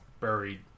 buried